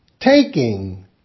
Taking